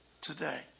today